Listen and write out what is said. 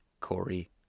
Corey